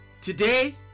Today